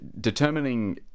determining